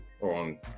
on